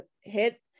hit